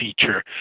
feature